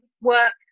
work